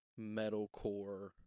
metalcore